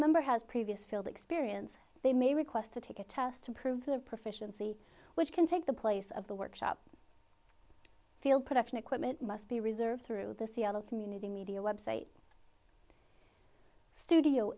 member has previous field experience they may request to take a test to prove their proficiency which can take the place of the workshop field production equipment must be reserved through the seattle community media website studio